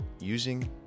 using